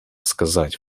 сказать